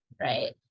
right